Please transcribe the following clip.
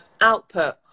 output